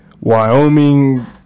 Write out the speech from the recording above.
wyoming